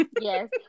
Yes